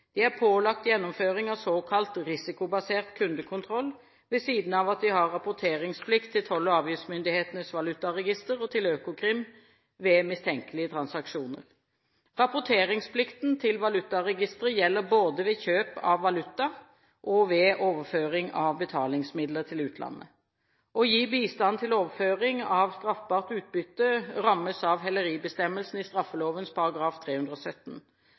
De er pålagt gjennomføring av såkalt risikobasert kundekontroll, ved siden av at de har rapporteringsplikt til toll- og avgiftsmyndighetenes valutaregister og til Økokrim ved mistenkelige transaksjoner. Rapporteringsplikten til valutaregisteret gjelder både ved kjøp av valuta og ved overføring av betalingsmidler til utlandet. Å gi bistand til overføring av straffbart utbytte rammes av heleribestemmelsen i straffeloven § 317.